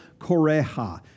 Koreha